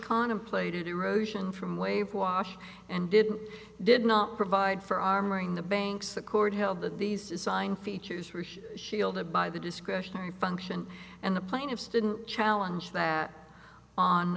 contemplated erosion from wave wash and did did not provide for armoring the banks the court held that these design features were shielded by the discretionary function and the plaintiffs didn't challenge that on